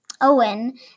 Owen